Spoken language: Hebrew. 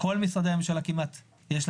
לכל נציגי הממשלה יש שם נציג.